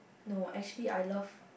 no actually I love